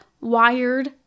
wired